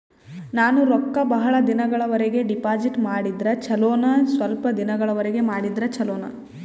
ನಾನು ರೊಕ್ಕ ಬಹಳ ದಿನಗಳವರೆಗೆ ಡಿಪಾಜಿಟ್ ಮಾಡಿದ್ರ ಚೊಲೋನ ಸ್ವಲ್ಪ ದಿನಗಳವರೆಗೆ ಮಾಡಿದ್ರಾ ಚೊಲೋನ?